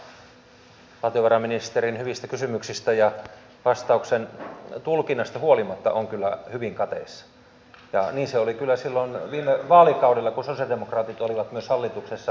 tämä tilannekuva valtiovarainministerin hyvistä kysymyksistä ja vastauksen tulkinnasta huolimatta on kyllä hyvin kateissa ja niin se oli kyllä silloin viime vaalikaudellakin kun sosialidemokraatit olivat myös hallituksessa